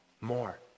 more